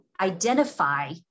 identify